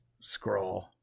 scroll